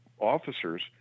officers